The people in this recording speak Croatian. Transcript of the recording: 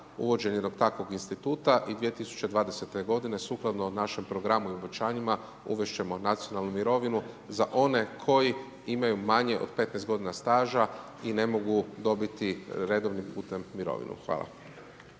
uvođenje takvog instituta i 2020. g. sukladno našem programu …/Govornik se ne razumije./… uvesti ćemo nacionalnu mirovinu za one koji imaju manje od 15 g. staža i ne mogu dobiti redovnim putem mirovinu. Hvala.